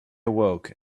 awoke